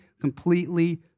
completely